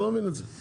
אני לא מבין את זה.